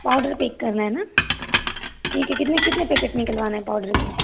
powder pack करना है न ठीक है कितने कितने पैकेट निकलवाना है पाउडर के